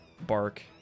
Bark